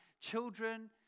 children